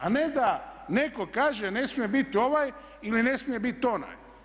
A ne da netko kaže ne smije biti ovaj ili ne smije biti onaj.